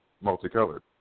multicolored